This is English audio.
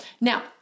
Now